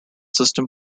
system